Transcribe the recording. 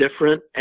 different